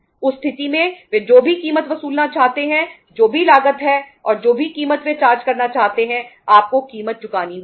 उस स्थिति में वे जो भी कीमत वसूलना चाहते हैं जो भी लागत है और जो भी कीमत वे चार्ज करना चाहते हैं आपको कीमत चुकानी होगी